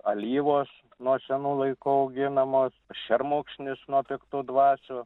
alyvos nuo senų laikų auginamos šermukšnis nuo piktų dvasių